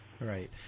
right